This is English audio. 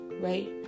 right